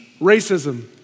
racism